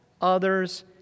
others